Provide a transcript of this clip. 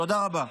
תודה רבה.